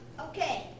Okay